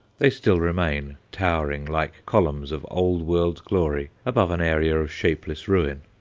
they still remain, towering like columns of old-world glory above an area of shapeless ruin.